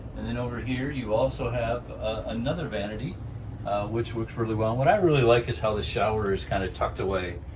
and then over here, you also have another vanity which works really well. and what i really like, is how the shower is kind of tucked away.